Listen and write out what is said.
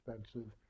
expensive